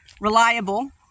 reliable